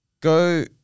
go